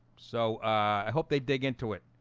so i hope they dig into it.